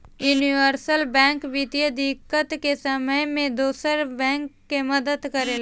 universal bank वित्तीय दिक्कत के समय में दोसर बैंक के मदद करेला